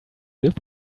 live